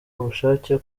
ubushake